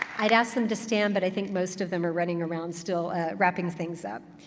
i'd ask them to stand, but i think most of them are running around still wrapping things up.